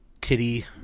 titty